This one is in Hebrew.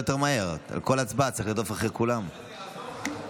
הצעת חוק הרשויות המקומיות (מימון בחירות)